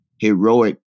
heroic